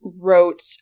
wrote